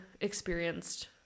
experienced